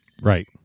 Right